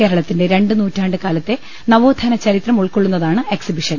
കേരളത്തിന്റെ രണ്ടു നൂറ്റാണ്ടുകാലത്തെ നവോത്ഥാന ചരിത്രം ഉൾക്കൊള്ളുന്നതാണ് എക്സിബിഷൻ